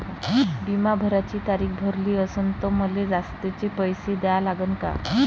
बिमा भराची तारीख भरली असनं त मले जास्तचे पैसे द्या लागन का?